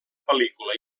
pel·lícula